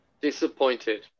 Disappointed